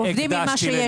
עובדים גם עם מה שיש.